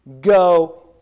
Go